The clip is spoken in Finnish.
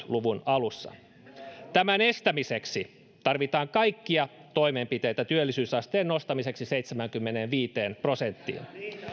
luvun alussa tämän estämiseksi tarvitaan kaikkia toimenpiteitä työllisyysasteen nostamiseksi seitsemäänkymmeneenviiteen prosenttiin